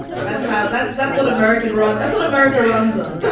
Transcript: that's. ah that's that's what american wrote. that's what america runs on.